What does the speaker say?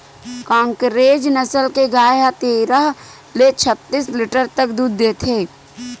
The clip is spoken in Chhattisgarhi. कांकरेज नसल के गाय ह तेरह ले छत्तीस लीटर तक दूद देथे